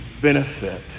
benefit